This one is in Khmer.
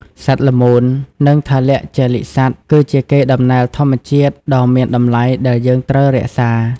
សត្វល្មូន និងថលជលិកសត្វគឺជាកេរដំណែលធម្មជាតិដ៏មានតម្លៃដែលយើងត្រូវរក្សា។